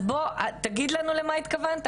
אז בוא, תגיד לנו למה התכוונת.